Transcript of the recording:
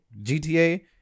GTA